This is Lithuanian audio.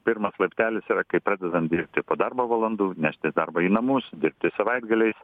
pirmas laiptelis yra kai pradedam dirbti po darbo valandų neštis darbą į namus dirbti savaitgaliais